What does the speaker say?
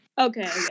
Okay